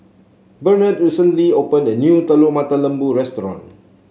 Bernard recently opened a new Telur Mata Lembu restaurant